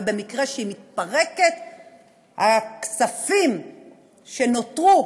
ובמקרה שהיא מתפרקת הכספים שנותרו